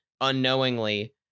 unknowingly